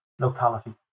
locality